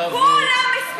כולם מסביבו.